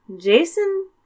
Jason